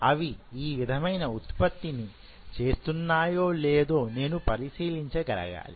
అవి ఆ విధమైన ఉత్పత్తిని చేస్తున్నాయో లేదో నేను పరిశీలించగలగాలి